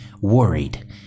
worried